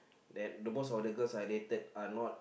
that the most of the girls I dated are not